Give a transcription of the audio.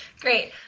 great